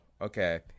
Okay